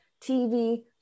TV